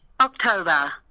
October